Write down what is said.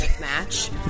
match